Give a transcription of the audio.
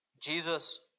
Jesus